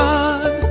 God